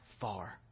far